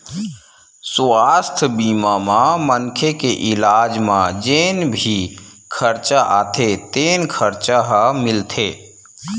सुवास्थ बीमा म मनखे के इलाज म जेन भी खरचा आथे तेन खरचा ह मिलथे